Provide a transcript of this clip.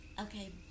okay